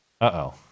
uh-oh